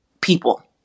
people